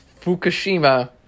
Fukushima